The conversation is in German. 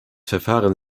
verfahren